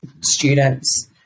students